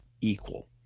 equal